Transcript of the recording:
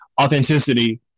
authenticity